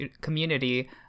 community